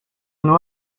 nur